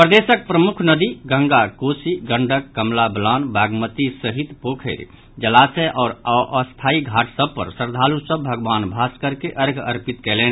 प्रदेशक प्रमुख नदी गंगा कोसी गंडक कमला बलान बागमती सहित पोखरि जलाशय आओर अस्थायी घाट सभ पर श्रद्धालु सभ भगवान भास्कर केँ अर्घ्य अर्पित कयलनि